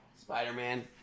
Spider-Man